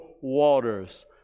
waters